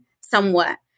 somewhat